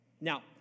Now